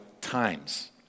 times